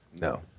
No